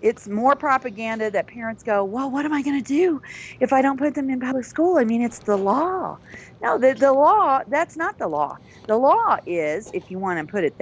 it's more propaganda that parents go whoa what am i going to do if i don't put them in public school i mean it's the law now that the law that's not the law the law is if you want to put it